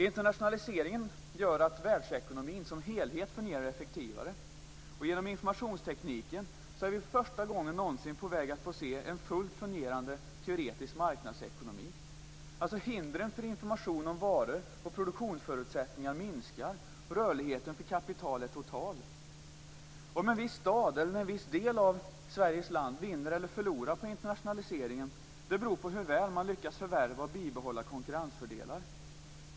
Internationaliseringen gör att världsekonomin som helhet fungerar effektivare. Genom informationstekniken är vi för första gången någonsin på väg att se en teoretiskt fullt fungerande marknadsekonomi. Hindren för information om varor och produktionsförutsättningar minskar, och rörligheten för kapital är total. Om en viss stad eller del av Sveriges land vinner eller förlorar på internationalisering beror på hur väl man lyckas förvärva och bibehålla konkurrensfördelar.